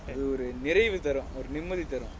நிம்மதி தரும்:nimmathi tharum